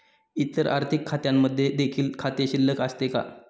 इतर आर्थिक खात्यांमध्ये देखील खाते शिल्लक असते का?